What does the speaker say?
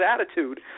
attitude